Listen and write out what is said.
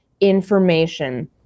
information